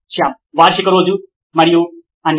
శ్యామ్ వార్షిక రోజు మరియు అన్నీ